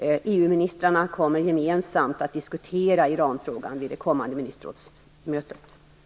EU-ministrarna kommer gemensamt att diskutera Iranfrågan vid det kommande ministerrådsmötet.